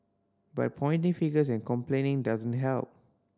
but pointing fingers and complaining doesn't help